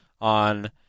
on